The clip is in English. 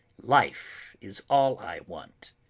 life is all i want.